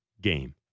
game